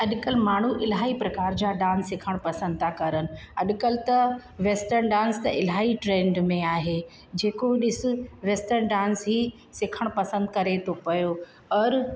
अॼकल्ह माण्हू इलाही प्रकार जा डांस सिखण पसंदि था करण अॼकल्ह त वेस्टर्न डांस त इलाही ट्रेंड में आहे जेको ॾिस वेस्टर्न डांस ई सिखण पसंदि करे थो पियो और